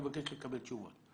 אני מבקש לקבל תשובה.